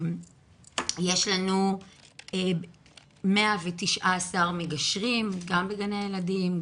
יש לנו 119 מגשרים גם בגני הילדים,